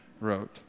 wrote